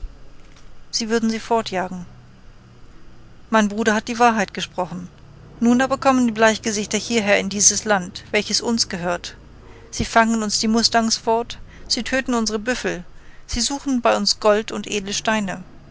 sie würden sie fortjagen mein bruder hat die wahrheit gesprochen nun aber kommen die bleichgesichter hierher in dieses land welches uns gehört sie fangen uns die mustangs fort sie töten unsre büffel sie suchen bei uns gold und edle